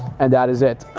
and that is it.